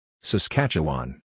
Saskatchewan